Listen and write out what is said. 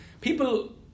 people